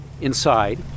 Inside